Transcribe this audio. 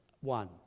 one